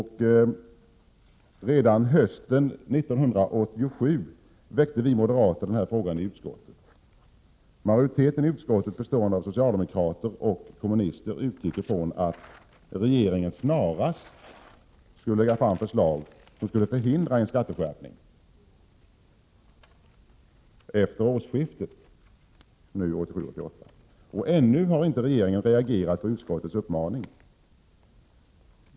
Redan hösten 1987 väckte vi moderater den här frågan i utskottet. Majoriteten i utskottet, bestående av socialdemokrater och kommunister, utgick från att regeringen snarast skulle lägga fram förslag som skulle förhindra en skatteskärpning efter årsskiftet. Ännu har regeringen inte reagerat på utskottets uppmaning.